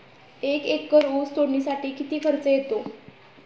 एक एकर ऊस तोडणीसाठी किती खर्च येतो?